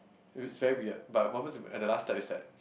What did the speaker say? it was very weird but what happens at the last step is that